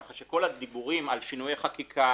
כך שכל הדיבורים על שינויי חקיקה